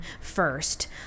first